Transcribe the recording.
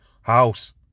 house